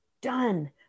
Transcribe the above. done